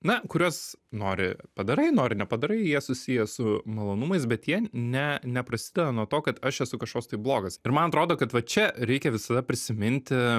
na kuriuos nori padarai nori nepadarai jie susiję su malonumais bet jie ne neprasideda nuo to kad aš esu kažkoks tai blogas ir man atrodo kad va čia reikia visada prisiminti